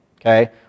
okay